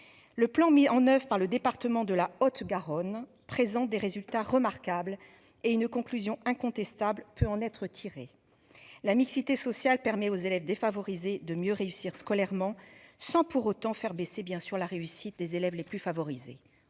Le plan mis en oeuvre par le département de la Haute-Garonne présente des résultats remarquables et une conclusion incontestable peut en être tiré. La mixité sociale permet aux élèves défavorisés de mieux réussir scolairement sans pour autant faire baisser, bien sûr, la réussite des élèves les plus favorisés,